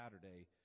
Saturday